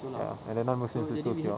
ya and then non muslims also queue up